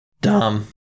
Dumb